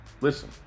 listen